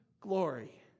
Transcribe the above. glory